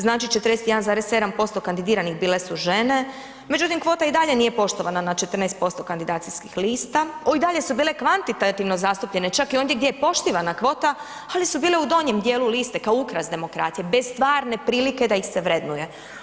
Znači 41,7% kandidiranih bile su žene, međutim kvota i dalje nije poštovana na 14% kandidacijskih lista i dalje su bile kvantitativno zastupljene čak i ondje gdje je poštivana kvota, ali su bile u donjem dijelu liste kao ukras demokracije bez stvarne prilike da ih se vrednuje.